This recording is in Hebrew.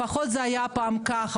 לפחות זה היה פעם כך.